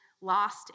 lost